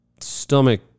stomach